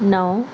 نو